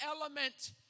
element